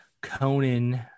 Conan